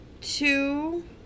two